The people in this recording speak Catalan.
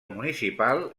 municipal